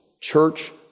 church